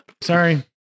sorry